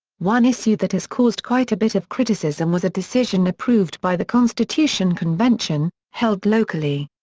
one issue that has caused quite a bit of criticism was a decision approved by the constitution convention, held locally.